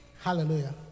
Hallelujah